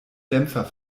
dämpfer